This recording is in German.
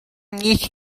nicht